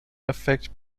effect